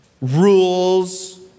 rules